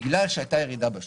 בגלל שהייתה ירידה בשוק,